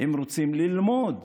הם רוצים ללמוד,